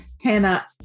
Hannah